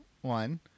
one